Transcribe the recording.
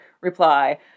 reply